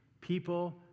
people